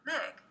Meg